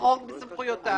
שיחרוג מסמכויותיו.